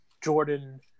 Jordan